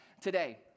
today